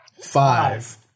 Five